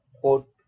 quote